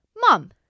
Mom